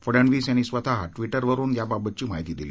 फडणवीस यांनी स्वतः ट्विटरवरून याबाबतची माहिती दिली